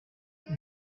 were